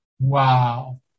Wow